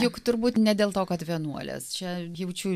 juk turbūt ne dėl to kad vienuolės čia jaučiu